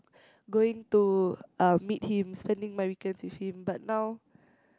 going to um meet him spending my weekends with him but now